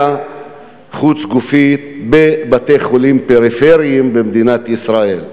חוץ-גופית בבתי-חולים פריפריים במדינת ישראל,